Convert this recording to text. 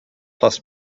plus